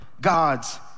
God's